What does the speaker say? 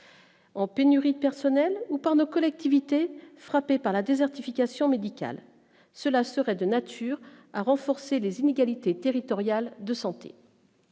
en pénurie de personnel ou par nos collectivités frappées par la désertification médicale, cela serait de nature à renforcer les inégalités territoriales de santé.